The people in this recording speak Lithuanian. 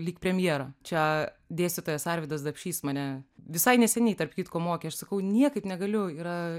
lyg premjerą čia dėstytojas arvydas dapšys mane visai neseniai tarp kitko mokė aš sakau niekaip negaliu yra